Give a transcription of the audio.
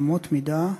אמות מידה ברורות,